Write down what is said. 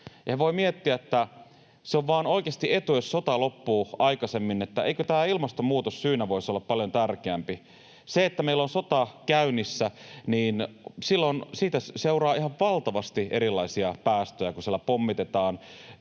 voivat miettiä, että se on oikeasti vain etu, jos sota loppuu aikaisemmin, niin että eikö tämä ilmastonmuutos syynä voisi olla paljon tärkeämpi. Siitä, että meillä on sota käynnissä, seuraa ihan valtavasti erilaisia päästöjä, kun siellä pommitetaan